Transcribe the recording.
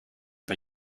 bei